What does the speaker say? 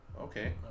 Okay